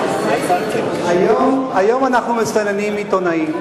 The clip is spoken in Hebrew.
עיתונאים, היום אנחנו מסננים עיתונאים,